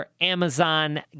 Amazon